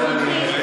אני מצטער, גברתי.